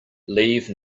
leave